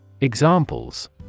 Examples